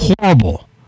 horrible